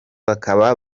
bakaba